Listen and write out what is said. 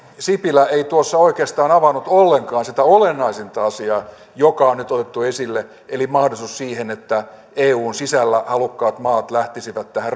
sipilä ei tuossa oikeastaan avannut ollenkaan sitä olennaisinta asiaa joka on nyt otettu esille eli mahdollisuus siihen että eun sisällä halukkaat maat lähtisivät tähän